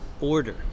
order